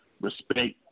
respect